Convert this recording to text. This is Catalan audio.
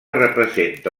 representa